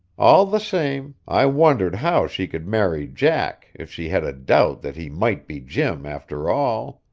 all the same, i wondered how she could marry jack if she had a doubt that he might be jim after all.